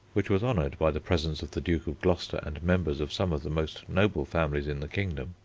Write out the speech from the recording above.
which was honoured by the presence of the duke of gloucester and members of some of the most noble families in the kingdom,